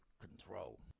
control